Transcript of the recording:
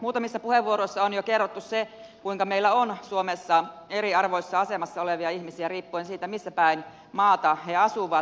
muutamissa puheenvuoroissa on jo kerrottu se kuinka meillä on suomessa eriarvoisessa asemassa olevia ihmisiä riippuen siitä missä päin maata he asuvat